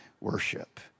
worship